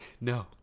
No